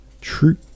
True